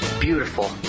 beautiful